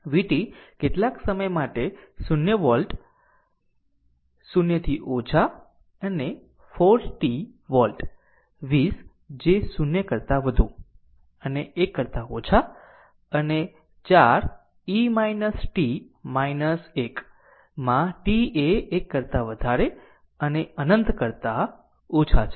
vt કેટલાક સમય માટે 0 વોલ્ટ 0 થી ઓછા અને 4 t વોલ્ટ 20 જે 0 કરતાં વધુ અને 1 કરતાં ઓછા અને 4 e t 1 માં t એ 1 કરતા વધારે અને અનંત કરતા ઓછા છે